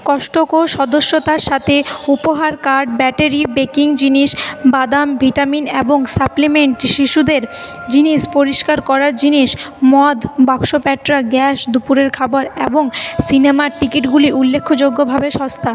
Costco সদস্যতার সাথে উপহার কার্ড ব্যাটারি বেকিং জিনিস বাদাম ভিটামিন এবং সাপ্লিমেন্ট শিশুদের জিনিস পরিষ্কার করার জিনিস মদ বাক্স প্যাঁটরা গ্যাস দুপুরের খাবার এবং সিনেমার টিকিটগুলি উল্লেখযোগ্যভাবে সস্তা